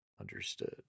understood